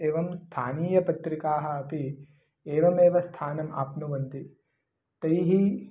एवं स्थानीयपत्रिकाः अपि एवमेव स्थानम् आप्नुवन्ति तैः